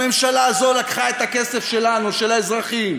הממשלה הזו לקחה את הכסף שלנו, של האזרחים,